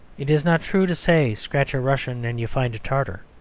it is not true to say scratch a russian and you find a tartar.